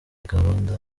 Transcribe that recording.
gahunda